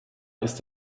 ist